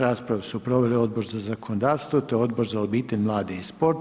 Raspravu su proveli Odbor za zakonodavstvo te Odbor za obitelj, mlade i sport.